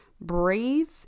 breathe